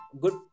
good